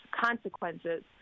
consequences